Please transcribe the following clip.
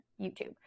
youtube